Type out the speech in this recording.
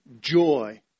joy